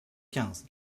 quinze